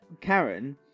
Karen